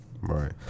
Right